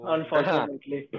Unfortunately